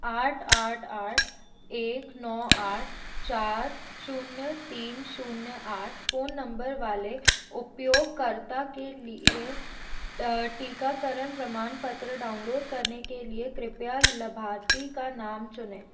आठ आठ आठ एक नौ आठ चार जीरो तीन जीरो आठ फ़ोन नम्बर वाले उपयोगकर्ता के लिए टीकाकरण प्रमाणपत्र डाउनलोड करने के लिए कृपया लाभार्थी का नाम चुनें